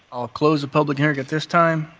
i'll close the public hearing at this time.